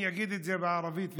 אני אגיד את זה בערבית ואתרגם: